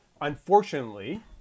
unfortunately